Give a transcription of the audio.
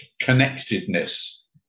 connectedness